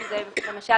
למשל,